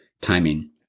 timing